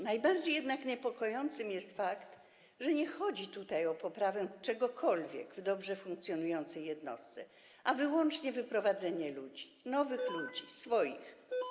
Najbardziej jednak niepokojący jest fakt, że nie chodzi tutaj o poprawę czegokolwiek w dobrze funkcjonującej jednostce, ale chodzi wyłącznie o wprowadzenie ludzi, nowych ludzi, swoich.